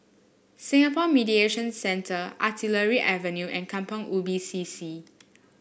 Singapore Mediation Centre Artillery Avenue and Kampong Ubi C C